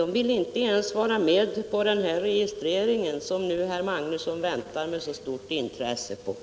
De ville ju inte ens vara med om den registrering, som herr Magnusson nu med så stort intresse väntar på.